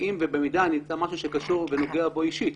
אם ובמידה אני אמצא משהו שקשור ונוגע בו אישית.